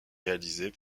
réalisées